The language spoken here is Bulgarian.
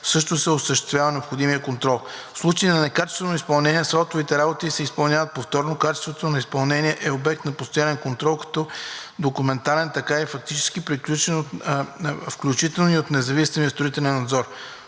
също се осъществява необходимият контрол. В случай на некачествено изпълнение, асфалтовите работи се изпълняват повторно. Качеството на изпълнение е обект на постоянен контрол – както документален, така и физически, включително и от независимия строителен надзор.